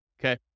okay